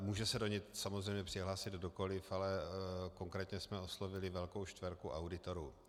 Může se do něj samozřejmě přihlásit kdokoliv, ale konkrétně jsme oslovili velkou čtverku auditorů.